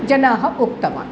जनाः उक्तवन्तः